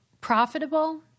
profitable